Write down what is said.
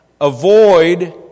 Avoid